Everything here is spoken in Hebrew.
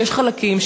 שיש חלקים,